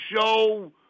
show